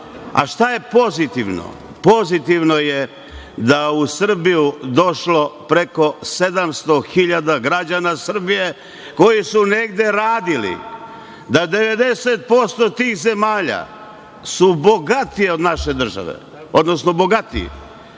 Šta je pozitivno? Pozitivno je da je u Srbiju došlo preko 700 hiljada građana Srbije koji su negde radili, da 90% tih zemalja su bogatije od naše države, da im